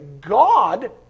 God